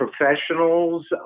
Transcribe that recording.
professionals